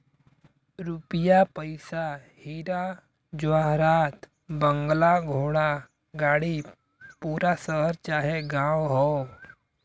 रुपिया पइसा हीरा जवाहरात बंगला घोड़ा गाड़ी पूरा शहर चाहे गांव हौ